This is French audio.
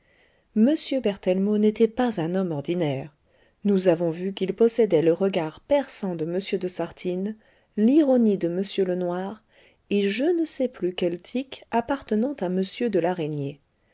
m berthellemot n'était pas un homme ordinaire nous ayons vu qu'il possédait le regard perçant de m de sartines l'ironie de m lenoir et je ne sais plus quel tic appartenant à m de